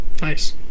Nice